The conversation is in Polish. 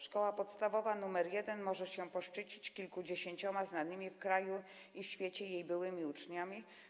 Szkoła Podstawowa nr 1 w Mielcu może się poszczycić kilkudziesięcioma znanymi w kraju i w świecie byłymi uczniami.